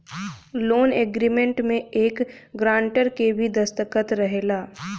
loan agreement में एक grantor के भी दस्तख़त रहेला